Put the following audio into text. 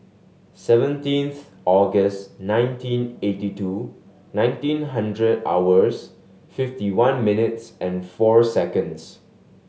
seventeenth August nineteen eighty two ninety hundred hours fifty one minutes and four seconds